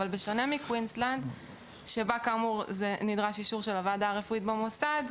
רק שבשונה מקווינסלנד שבה כאמור נדרש אישור של הוועדה הרפואית במוסד,